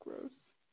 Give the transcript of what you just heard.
gross